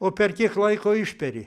o per kiek laiko išperi